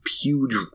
huge